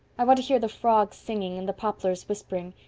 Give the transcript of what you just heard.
i want to hear the frogs singing and the poplars whispering.